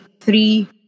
three